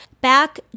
Back